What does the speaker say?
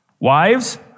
Wives